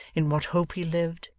in what hope he lived,